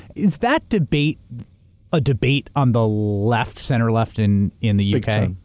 is that debate a debate on the left, center-left in in the u. k?